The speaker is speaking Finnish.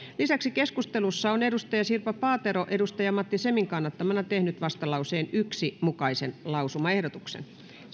lisäksi keskustelussa on sirpa paatero matti semin kannattamana tehnyt vastalauseen yhden mukaisen lausumaehdotuksen